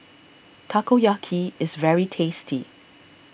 Takoyaki is very tasty